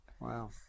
Wow